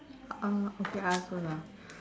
uh okay I ask first ah